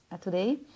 today